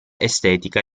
estetica